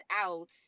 out